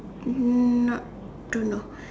um not don't know